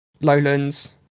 Lowlands